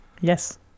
Yes